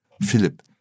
Philip